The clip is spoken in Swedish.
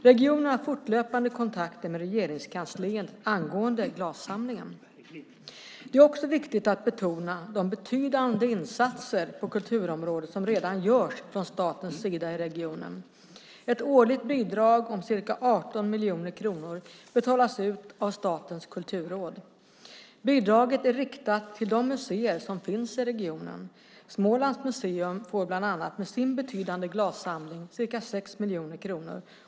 Regionen har fortlöpande kontakter med Regeringskansliet angående glassamlingen. Det är också viktigt att betona de betydande insatser på kulturområdet som redan görs från statens sida i regionen. Ett årligt bidrag om ca 18 miljoner kronor betalas ut av Statens kulturråd. Bidraget är riktat till de museer som finns i regionen. Smålands museum med sin betydande glassamling får bland annat ca 6 miljoner kronor.